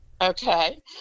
Okay